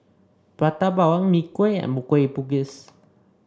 Prata Bawang Mee Kuah and Kueh Bugis